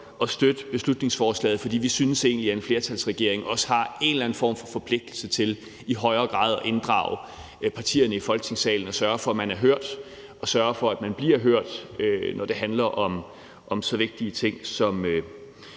at støtte beslutningsforslaget, fordi vi egentlig synes, at en flertalsregering også har en eller anden form for forpligtelse til i højere grad at inddrage partierne i Folketingssalen og sørge for, at de bliver hørt, når det handler om så vigtige ting som